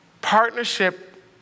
Partnership